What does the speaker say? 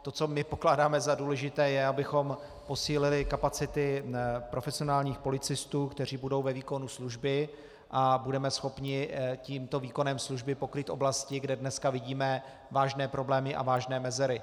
To, co my pokládáme za důležité, je, abychom posílili kapacity profesionálních policistů, kteří budou ve výkonu služby, a budeme schopni tímto výkonem služby pokrýt oblasti, kde dneska vidíme vážné problémy a vážné mezery.